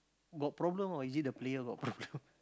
got problem or is it the player got problem